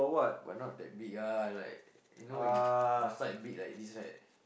but not that big ah like you know in outside big like this right